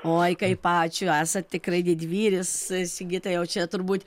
oi kaip ačiū esat tikrai didvyris sigitai jau čia turbūt